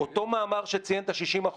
אותו מאמר שציין את ה-60%,